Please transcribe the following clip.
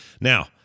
Now